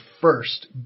First